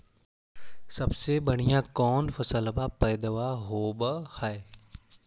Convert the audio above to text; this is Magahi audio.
सबसे बढ़िया कौन फसलबा पइदबा होब हो?